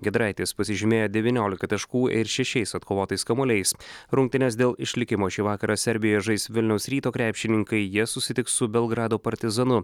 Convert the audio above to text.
giedraitis pasižymėjo devyniolika taškų ir šešiais atkovotais kamuoliais rungtynes dėl išlikimo šį vakarą serbijoje žais vilniaus ryto krepšininkai jie susitiks su belgrado partizanu